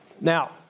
Now